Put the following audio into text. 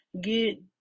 get